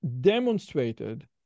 demonstrated